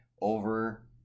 over